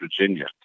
Virginia